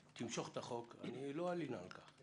תמשוך את החוק, לא אלין על כך.